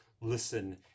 listen